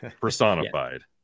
personified